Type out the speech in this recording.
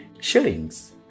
shillings